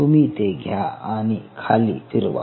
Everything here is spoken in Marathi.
तुम्ही ते घ्या आणि खाली फिरवा